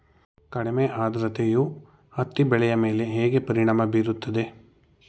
ಕಡಿಮೆ ಆದ್ರತೆಯು ಹತ್ತಿ ಬೆಳೆಯ ಮೇಲೆ ಹೇಗೆ ಪರಿಣಾಮ ಬೀರುತ್ತದೆ?